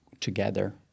together